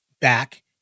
back